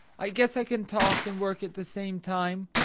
i guess i can talk and work at the same time.